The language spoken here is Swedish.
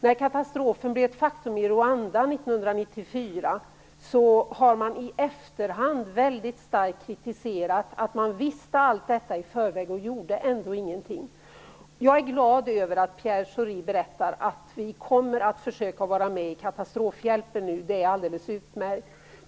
När det gäller katastrofen i Rwanda 1994 har det i efterhand framkommit stark kritik som säger att man visste allt detta i förväg och ändå inte gjorde någonting. Jag är glad att Pierre Schori berättar att vi nu kommer att försöka vara med i katastrofhjälpen. Det är alldeles utmärkt.